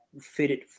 fitted